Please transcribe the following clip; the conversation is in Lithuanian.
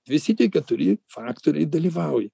visi tie keturi faktoriai dalyvauja